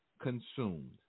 consumed